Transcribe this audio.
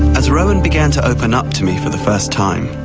as rowan began to open up to me for the first time,